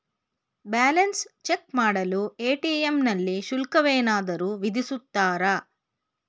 Balance check ಮಾಡಲು ATM ನಲ್ಲಿ ಶುಲ್ಕವೇನಾದರೂ ವಿಧಿಸುತ್ತಾರಾ?